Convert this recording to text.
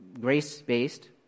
grace-based